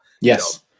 yes